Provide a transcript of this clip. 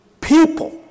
People